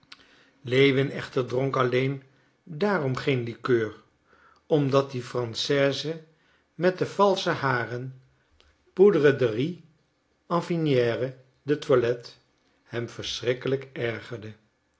lewin echter dronk alleen daarom geen likeur omdat die française met de valsche haren poudre de riz en vinaigre de toilette hem verschrikkelijk ergerde